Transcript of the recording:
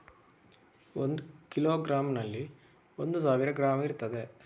ಒಂದು ಕಿಲೋಗ್ರಾಂನಲ್ಲಿ ಒಂದು ಸಾವಿರ ಗ್ರಾಂ ಇರ್ತದೆ